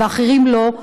ואחרים לא,